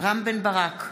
רם בן-ברק,